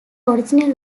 original